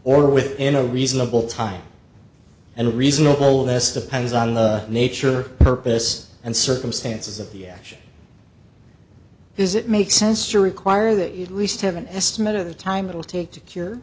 or within a reasonable time and reasonable less depends on the nature purpose and circumstances of the action is it makes sense to require that you least have an estimate of the time it will take to cure